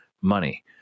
money